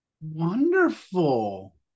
wonderful